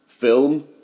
film